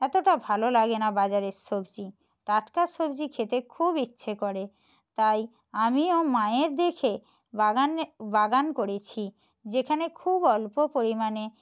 এতটা ভালো লাগে না বাজারের সবজি টাটকা সবজি খেতে খুব ইচ্ছে করে তাই আমিও মায়ের দেখে বাগানে বাগান করেছি যেখানে খুব অল্প পরিমাণে